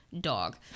dog